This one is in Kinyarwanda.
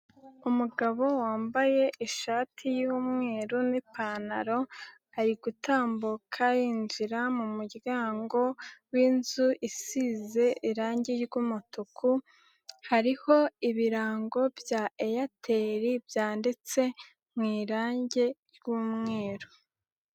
Umugabo wambaye ishati y'umweru n'ipantaro, ari gutambuka yinjira mu muryango w'inzu isize irangi ry'umutuku, hariho ibirango bya Eyateri byanditse mu irange ry'umweru.